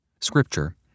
Scripture